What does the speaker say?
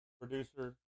Producer